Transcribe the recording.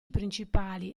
principali